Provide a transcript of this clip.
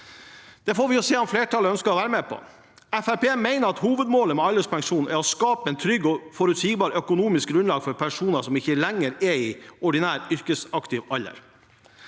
Det får vi se om flertallet ønsker å være med på. Fremskrittspartiet mener at hovedmålet med alderspensjon er å skape et trygt og forutsigbart økonomisk grunnlag for personer som ikke lenger er i ordinær yrkesaktiv alder.